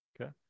Okay